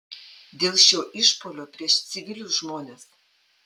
dėl šio išpuolio prieš civilius žmones